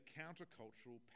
countercultural